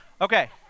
Okay